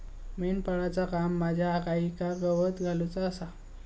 मेंढपाळाचा काम माझ्या गाईंका गवत घालुचा आसा